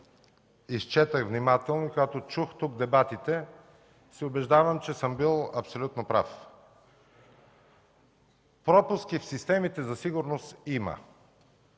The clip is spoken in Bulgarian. изчетох внимателно и чух дебатите тук, се убеждавам, че съм бил абсолютно прав. Пропуски в системите за сигурност има.